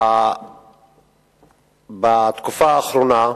בתקופה האחרונה,